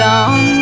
on